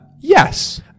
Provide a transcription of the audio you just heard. yes